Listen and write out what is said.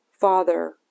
Father